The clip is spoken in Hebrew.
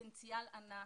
פוטנציאל ענק,